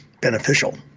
beneficial